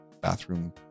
bathroom